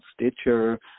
Stitcher